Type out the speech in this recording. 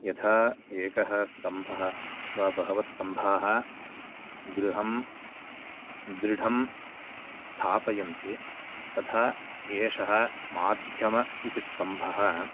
यथा एकः स्तम्भः वा बहवस्स्तम्भाः गृहं दृढं स्थापयन्ति तथा एषः माध्यम इति स्तम्भः